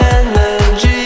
energy